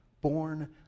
Born